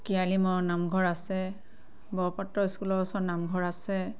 কিয়ালি ম নামঘৰ আছে বৰপাত্ৰ স্কুলৰ ওচৰৰ নামঘৰ আছে